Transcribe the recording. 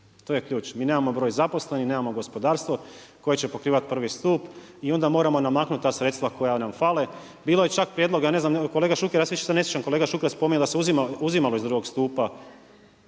to je ključ. Mi nemamo broj zaposlenih, nemamo gospodarstvo koje će pokrivati prvi stup i onda moramo namaknuti ta sredstva koja nam fale. Bilo je čak prijedloga, ja se više ne sjećam, kolega Šuker je spominjao da se uzimalo iz drugog stupa